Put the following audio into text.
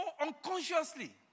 unconsciously